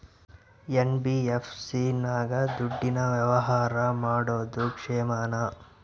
NBFC ನಾಗ ದುಡ್ಡಿನ ವ್ಯವಹಾರ ಮಾಡೋದು ಕ್ಷೇಮಾನ?